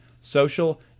social